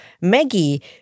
Maggie